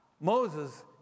Moses